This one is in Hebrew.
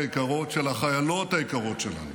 עם המשפחות היקרות של החיילות היקרות שלנו.